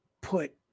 put